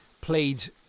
played